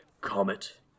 Comet